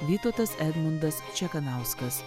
vytautas edmundas čekanauskas